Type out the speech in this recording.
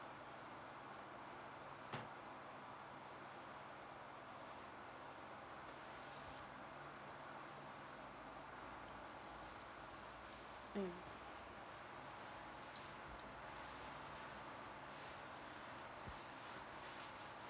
mm